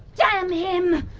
damn him!